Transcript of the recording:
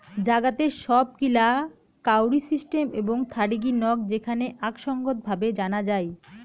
জাগাতের সব গিলা কাউরি সিস্টেম এবং থারিগী নক যেখানে আক সঙ্গত ভাবে জানা যাই